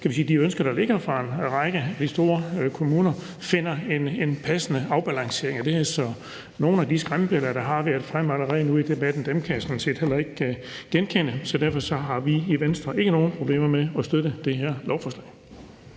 de ønsker, der ligger fra en række af de store kommuner, finder en passende afbalancering af det her. Så nogle af de skræmmebilleder, der allerede nu har været fremme i debatten, kan jeg sådan set ikke genkende. Så derfor har vi i Venstre ikke nogen problemer med at støtte det her lovforslag.